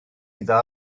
iddo